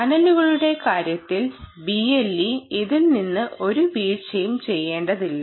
ചാനലുകളുടെ കാര്യത്തിൽ BLE ഇതിൽ നിന്ന് ഒരു വീഴ്ചയും ചെയ്യേണ്ടതില്ല